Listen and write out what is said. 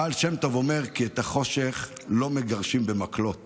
הבעל שם טוב אומר כי את החושך לא מגרשים במקלות